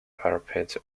parapet